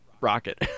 Rocket